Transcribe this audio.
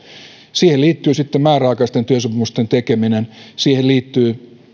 siihen liittyy sitten määräaikaisten työsopimusten tekeminen siihen liittyy